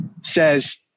says